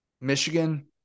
Michigan